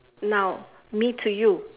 now me to you